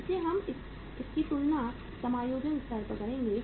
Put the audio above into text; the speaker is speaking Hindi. इसलिए हम इसकी तुलना समायोजन स्तर से करेंगे